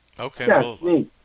Okay